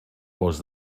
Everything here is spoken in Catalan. bosc